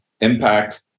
Impact